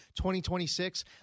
2026